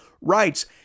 rights